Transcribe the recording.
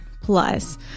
plus